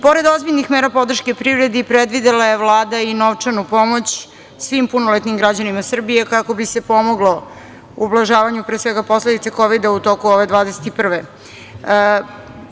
Pored ozbiljnih mera podrške privredi, predvidela je Vlada i novčanu pomoć svim punoletnim građanima Srbije, kako bi se pomoglo ublažavanju pre svega posledica Kovida u toku ove 2021. godine.